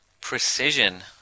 Precision